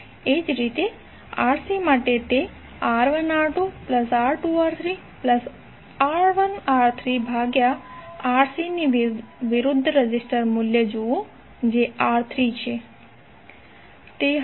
એ જ રીતે Rc માટે તે R1R2R2R3R1R3ભાગ્યા Rc ની વિરુદ્ધ રેઝિસ્ટર મૂલ્ય જુઓ જે R3 છે તે હશે